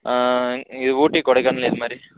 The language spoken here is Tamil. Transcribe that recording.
ஆ இங்கே ஊட்டி கொடைக்கானல் இதுமாதிரி